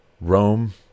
Rome